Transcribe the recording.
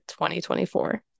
2024